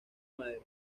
madera